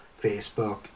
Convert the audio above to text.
Facebook